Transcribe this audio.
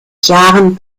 jahren